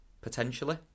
potentially